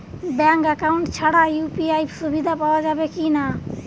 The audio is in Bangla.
ব্যাঙ্ক অ্যাকাউন্ট ছাড়া ইউ.পি.আই সুবিধা পাওয়া যাবে কি না?